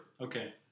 Okay